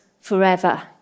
forever